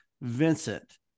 Vincent